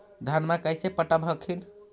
धन्मा कैसे पटब हखिन?